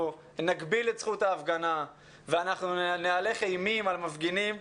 נגביל את זכות ההפגנה ואנחנו נהלך אימים על מפגינים,